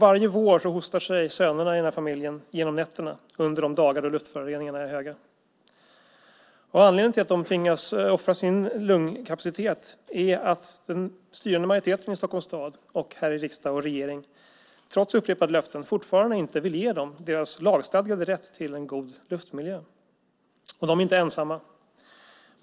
Varje vår hostar sig sönerna i familjen igenom nätterna under de dagar luftföroreningarna är höga. Anledningen till att de tvingas offra sin lungkapacitet är att den styrande majoriteten i Stockholms stad, och riksdag och regering, trots upprepade löften fortfarande inte vill ge dem deras lagstadgade rätt till en god luftmiljö. Den familjen är inte ensam.